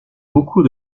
beaucoup